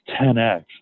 10x